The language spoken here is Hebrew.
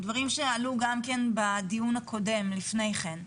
דברים שעלו גם כן בדיון הקודם לפני כן.